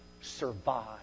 survive